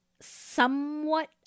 somewhat